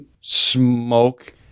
smoke